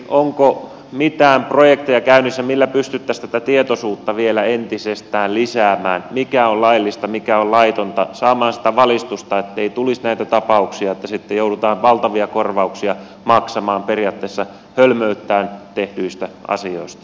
onko mitään projekteja käynnissä millä pystyttäisiin tätä tietoisuutta vielä entisestään lisäämään siitä mikä on laillista mikä on laitonta saamaan sitä valistusta ettei tulisi näitä tapauksia että sitten joudutaan valtavia korvauksia maksamaan periaatteessa hölmöyttään tehdyistä asioista